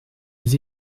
nous